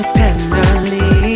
tenderly